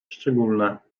szczególne